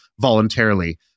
voluntarily